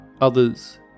Others